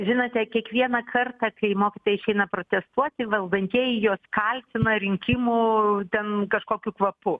žinote kiekvieną kartą kai mokytojai išeina protestuoti valdantieji juos kaltina rinkimų ten kažkokiu kvapu